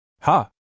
Ha